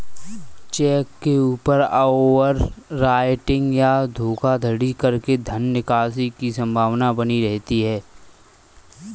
check के ऊपर overwriting या धोखाधड़ी करके धन निकासी की संभावना बनी रहती है